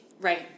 Right